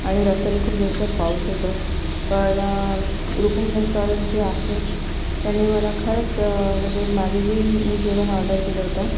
आणि रस्त्याने खूप जास्त पाऊस होतं पण रुपम रेस्टॉरंट जे आहे त्यांनी मला खरंच म्हणजे माझं जे मी जेवण ऑर्डर केलं होतं